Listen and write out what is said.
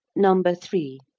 number three.